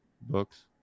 books